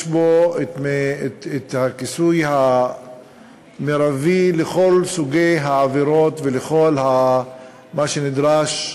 יש בו כיסוי מרבי לכל סוגי העבירות ולכל מה שנדרש,